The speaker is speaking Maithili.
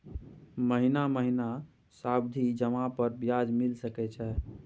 महीना महीना सावधि जमा पर ब्याज मिल सके छै?